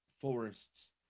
forests